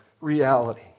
reality